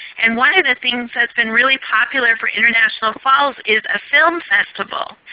and one of the things that's been really popular for international falls is a film festival.